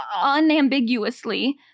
unambiguously